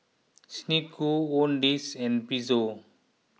Snek Ku Owndays and Pezzo